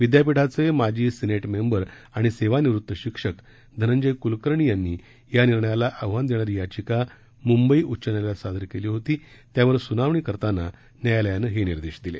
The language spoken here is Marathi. विद्यापीठाचे माजी सिनेट मेंबर आणि सेवानिवृत्त शिक्षक धनंजय कुलकर्णी यांनी या निर्णयाला आव्हान देणारी याधिका मुंबई उच्च न्यायालयात सादर केली होती त्यावर सुनावणी करताना न्यायालयाने हे निर्देश दिले